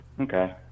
Okay